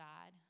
God